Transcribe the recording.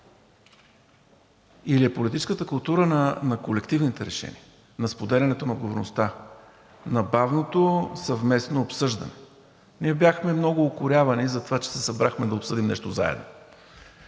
или е политическата култура на колективните решения, на споделянето на отговорността, на бавното съвместно обсъждане? Ние бяхме много укорявани за това, че се събрахме да обсъдим нещо заедно.